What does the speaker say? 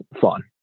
fun